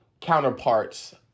counterparts